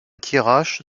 thiérache